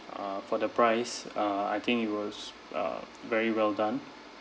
uh for the price uh I think it was uh very well done